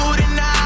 tonight